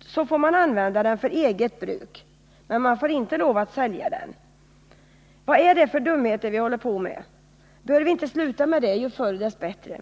så får man använda den för eget bruk, men man får inte lov att sälja den. Vad är det för dumheter vi håller på med? Bör vi inte sluta med det? Ju förr vi gör det, dess bättre.